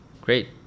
Great